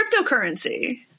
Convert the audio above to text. cryptocurrency